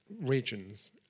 regions